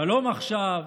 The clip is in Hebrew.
שלום עכשיו,